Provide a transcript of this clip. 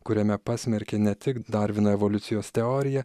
kuriame pasmerkė ne tik darvino evoliucijos teoriją